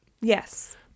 Yes